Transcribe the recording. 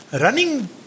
running